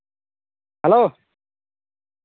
hello